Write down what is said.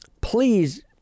please